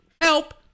help